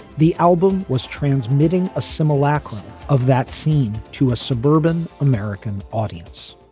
the album was transmitting a similar clip of that scene to a suburban american audience.